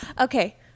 Okay